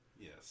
Yes